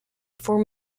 form